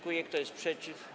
Kto jest przeciw?